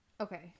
Okay